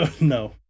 No